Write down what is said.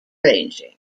ranging